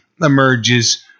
emerges